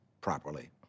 properly